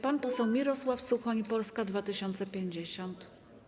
Pan poseł Mirosław Suchoń, Polska 2050.